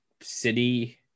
city